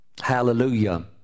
hallelujah